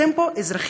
אתם פה אזרחים,